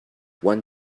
one